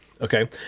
Okay